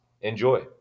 Enjoy